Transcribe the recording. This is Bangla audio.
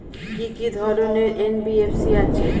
কি কি ধরনের এন.বি.এফ.সি আছে?